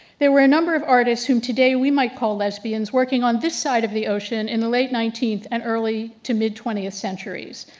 there were a number of artists whom today we might call lesbians working on this side of the ocean in the late nineteenth and early to mid twentieth centuries.